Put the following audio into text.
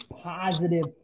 positive